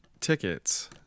tickets